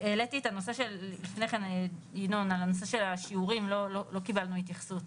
העליתי לפני כן את הנושא של השיעורים - לא קיבלנו התייחסות